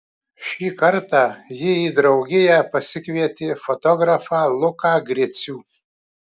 šį kartą ji į draugiją pasikvietė fotografą luką gricių